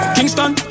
Kingston